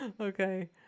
Okay